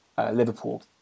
Liverpool